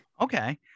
Okay